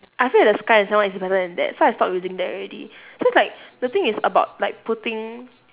I feel the sky and sand one is better than that so I stop using that already so it's like the thing is about like putting